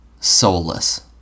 Soulless